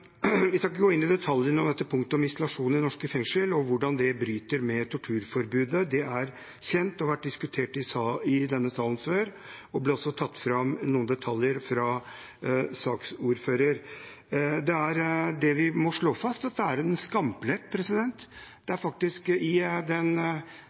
Vi skal ikke gå inn i detaljene om punktet om isolasjon i norske fengsel og hvordan det bryter med torturforbudet, det er kjent og har vært diskutert i denne salen før – det ble også tatt fram noen detaljer fra saksordføreren. Det vi må slå fast, er at det er en skamplett.